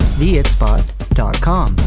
theitspot.com